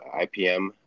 IPM